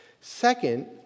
Second